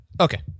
Okay